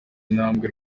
intambwe